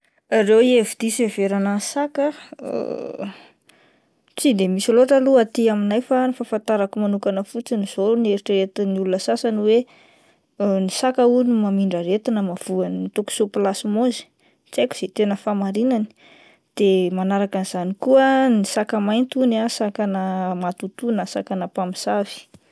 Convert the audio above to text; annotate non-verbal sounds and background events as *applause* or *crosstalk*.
Ireo hevi-diso hieverana ny saka *hesitation* tsy de misy loatra aloha aty aminay fa ny fahafantarako manokana fotsiny izao, ny eritreretin'ny olona sasany hoe: *hesitation* ny saka hono mamindra aretina mahavoa ny toksoplasmôzy tsy haiko izay tena fahamarinany, de manaraka an'izany koa ah ny saka mainty hono ah saka na matotoa na saka na mpamosavy.